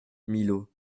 millau